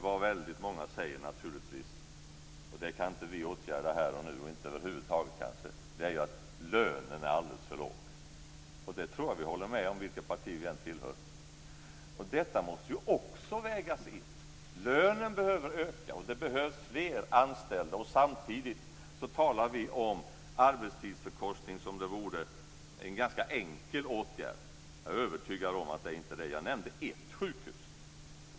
Vad väldigt många säger är naturligtvis - och det kan inte vi åtgärda här och nu kanske inte över huvud taget - att lönen är alldeles för låg. Det tror jag att vi håller med om, vilket parti vi än tillhör. Detta måste ju också vägas in. Lönen behöver öka och det behövs fler anställda. Samtidigt talar vi om arbetstidsförkortning som om det vore en ganska enkel åtgärd. Jag är övertygad om att det inte är det. Jag nämnde ett sjukhus.